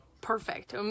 perfect